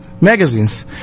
magazines